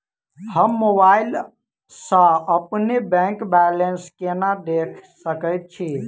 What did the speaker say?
हम मोबाइल सा अपने बैंक बैलेंस केना देख सकैत छी?